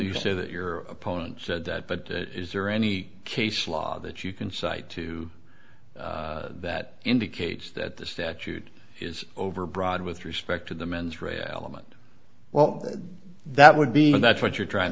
you say that your opponent said that but is there any case law that you can cite to that indicates that the statute is overbroad with respect to the mens rea element well that would be that's what you're trying